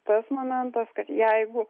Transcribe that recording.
tas momentas kad jeigu